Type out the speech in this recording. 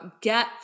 get